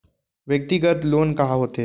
व्यक्तिगत लोन का होथे?